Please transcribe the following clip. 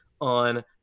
on